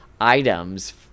items